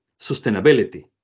sustainability